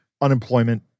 unemployment